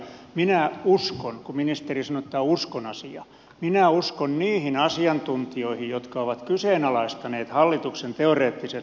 minä uskon kun ministeri sanoi että tämä on uskon asia niihin asiantuntijoihin jotka ovat kyseenalaistaneet hallituksen teoreettiset laskelmat